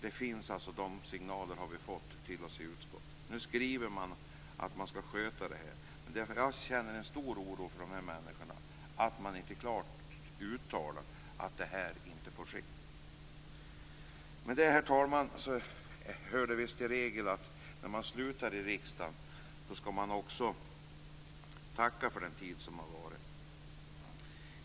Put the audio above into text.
Sådana signaler har vi i utskottet fått. Nu skriver man att man skall sköta den saken. Jag känner dock stor oro vad gäller de här människorna när man inte klart uttalar att det här inte får ske. Herr talman! Det är tydligen regel att man när man slutar i riksdagen skall tacka för den tid som varit.